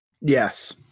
Yes